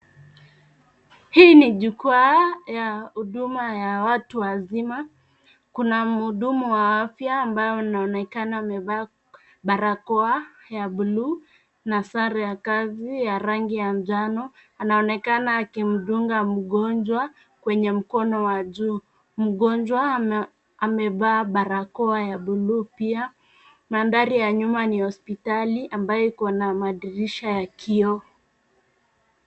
Hii ni jukuwa ya huduma ya watu wazima. Kuna mhudumu wa afya ambaye anaonekana amevaa barakoa ya bluu na sare ya kazi ya rangi ya njano. Anaonekana akimdunga mgonjwa kwenye mkono wa juu. Mgonjwa amevaa barakoa ya bluu pia. Madhari ya nyuma ni hosipitali ambayo iko na madirisha ya kioo.